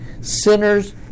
sinners